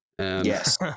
Yes